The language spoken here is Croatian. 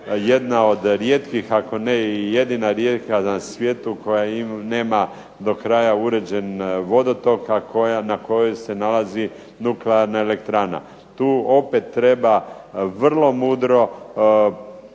jedna od rijetkih ako ne i jedina rijeka na svijetu koja nema do kraja uređen vodotok a na kojoj se nalazi nuklearna elektrana. Tu opet treba vrlo mudro